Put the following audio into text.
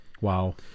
Wow